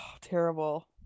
terrible